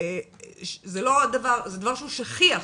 זה לא דבר שהוא שכיח.